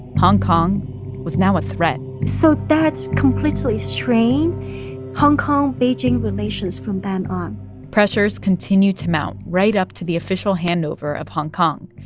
hong kong was now a threat so that completely strained hong kong-beijing relations from then on pressures continued to mount, right up to the official handover of hong kong,